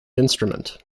instrument